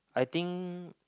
I think